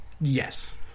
Yes